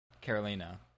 Carolina